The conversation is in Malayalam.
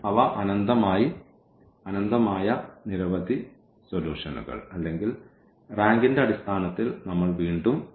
അവ അനന്തമായ നിരവധി സൊല്യൂഷനുകൾ അല്ലെങ്കിൽ റാങ്കിന്റെ അടിസ്ഥാനത്തിൽ നമ്മൾ വീണ്ടും പറയും